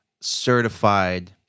certified